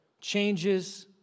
changes